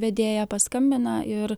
vedėja paskambina ir